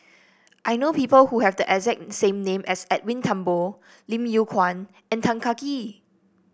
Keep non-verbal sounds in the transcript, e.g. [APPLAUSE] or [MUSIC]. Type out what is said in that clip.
I know people who have the [UNINTELLIGIBLE] name as Edwin Thumboo Lim Yew Kuan and Tan Kah Kee